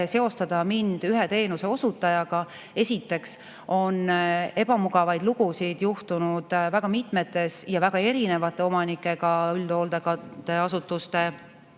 seostada mind ühe teenuseosutajaga. Esiteks on [ebameeldivaid] lugusid juhtunud väga mitmetes ja erinevate omanikega üldhoolekandeasutustes.